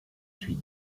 suis